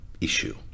issue